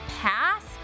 pass